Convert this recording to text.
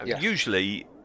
usually